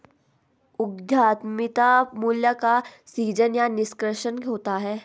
उद्यमिता मूल्य का सीजन या निष्कर्षण होता है